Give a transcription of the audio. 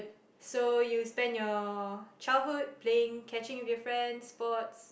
so you spend your childhood playing catching with your friends sports